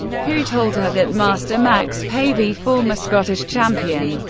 who told her that master max pavey, former scottish champion,